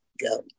go